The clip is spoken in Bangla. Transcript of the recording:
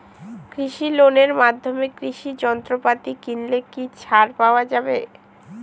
কৃষি লোনের মাধ্যমে কৃষি যন্ত্রপাতি কিনলে কি ছাড় পাওয়া যায়?